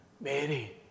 Mary